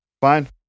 Fine